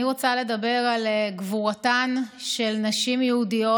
אני רוצה לדבר על גבורתן של נשים יהודיות